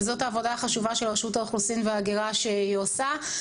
וזאת העבודה החשובה של רשות האוכלוסין וההגירה שהיא עושה.